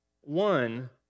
One